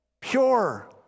Pure